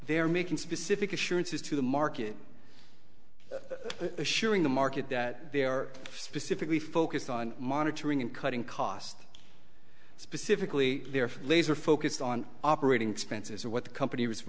they're making specific assurances to the market assuring the market that they are specifically focused on monitoring and cutting costs specifically their laser focus on operating expenses or what the company